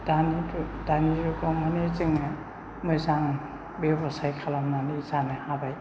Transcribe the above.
दानि जुगाव माने जोङो मोजां बेब'साय खालामनानै जानो हाबाय